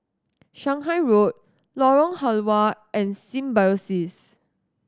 Shanghai Road Lorong Halwa and Symbiosis